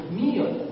meal